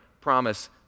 promise